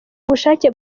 ubushake